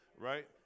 right